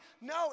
No